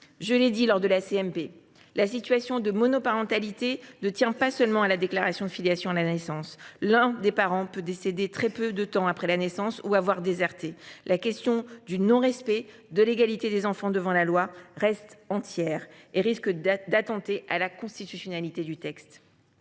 Je l’ai dit lors de la réunion de la CMP : la monoparentalité ne tient pas seulement à la déclaration de filiation à la naissance, car l’un des parents peut décéder très peu de temps après la naissance ou avoir déserté. La question du non respect de l’égalité des enfants devant la loi reste entière. Cette mesure fait peser un risque d’inconstitutionnalité sur le texte.